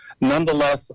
Nonetheless